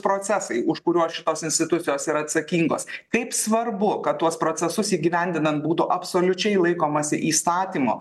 procesai už kuriuos šitos institucijos yra atsakingos kaip svarbu kad tuos procesus įgyvendinant būtų absoliučiai laikomasi įstatymo